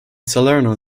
salerno